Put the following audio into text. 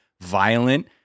violent